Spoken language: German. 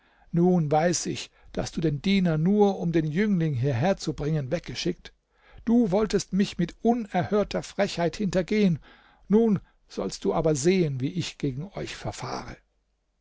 nun weiß ich daß du den diener nur um den jüngling hierherzubringen weggeschickt du wolltest mich mit unerhörter frechheit hintergehen nun sollst du aber sehen wie ich gegen euch verfahre